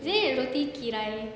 isn't it roti kirai